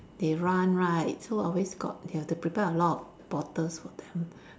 they run right so always got they have to prepare a lot of bottles for them